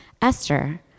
Esther